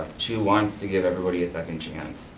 she wants to give everybody a second chance.